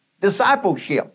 discipleship